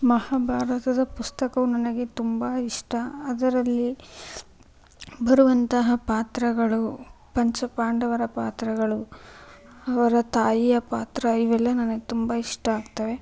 ಮಹಾಭಾರತದ ಪುಸ್ತಕವು ನನಗೆ ತುಂಬ ಇಷ್ಟ ಅದರಲ್ಲಿ ಬರುವಂತಹ ಪಾತ್ರಗಳು ಪಂಚ ಪಾಂಡವರ ಪಾತ್ರಗಳು ಅವರ ತಾಯಿಯ ಪಾತ್ರ ಇವೆಲ್ಲ ನನಗೆ ತುಂಬ ಇಷ್ಟ ಆಗ್ತವೆ